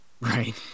Right